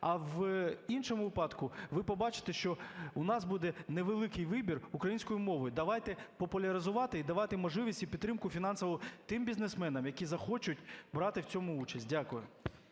А в іншому випадку ви побачите, що в нас буде невеликий вибір української мови. Давайте популяризувати і давати можливість і підтримку фінансову тим бізнесменам, які захочуть брати в цьому участь. Дякую.